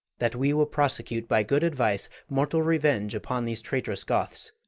that we will prosecute, by good advice, mortal revenge upon these traitorous goths,